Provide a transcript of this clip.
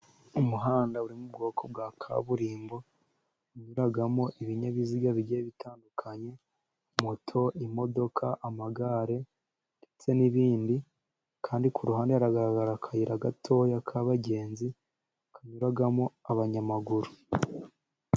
Umuhanda wo mu bwoko bwa kaburimbo unyuraramo ibinyabiziga bigenda bitandukanyekanya: moto, imodoka, amagare ndetse n'ibindi kandi ku ruhande hagaragara akayira gato kabagenzi kanyuramo abanyamaguru.